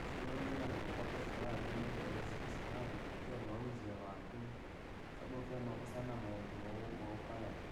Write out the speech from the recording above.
Siiriwezekana ukupata furaha vyamuda woosi, kwasababu kwatite mauzi ya vantu, sabu ufyana nukosene na muntu mou- mouukalale.